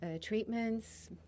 treatments